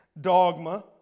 dogma